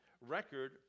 record